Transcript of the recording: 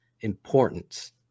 importance